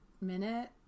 minute